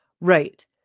Right